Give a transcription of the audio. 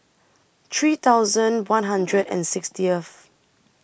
three thousand one hundred and sixtieth